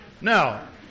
Now